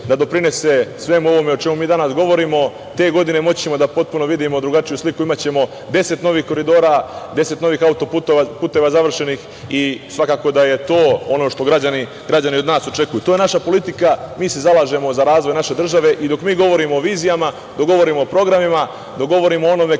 da doprinese svemu ovome o čemu mi danas govorimo. Te godine moći ćemo da potpuno vidimo drugačiju sliku. Imaćemo 10 novih koridora, 10 novih autoputeva završenih i svakako da je to ono što građani od nas očekuju. To je naša politika, mi se zalažemo za razvoj naše države. Dok mi govorimo o vizijama, dok govorimo o programima, dok govorimo o onome